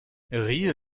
rio